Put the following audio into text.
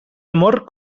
amor